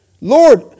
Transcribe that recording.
Lord